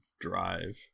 drive